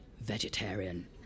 vegetarian